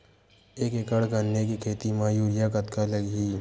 एक एकड़ गन्ने के खेती म यूरिया कतका लगही?